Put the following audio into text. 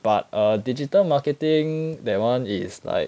but err digital marketing that [one] is like